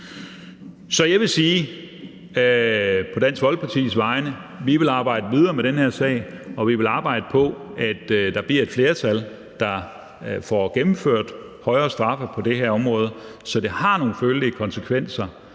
Så jeg vil sige på Dansk Folkepartis vegne, at vi vil arbejde videre med den her sag, og vi vil arbejde på, at der bliver et flertal, der får gennemført højere straffe på det her område, så det har nogle følelige konsekvenser,